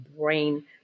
brain